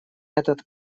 этот